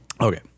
Okay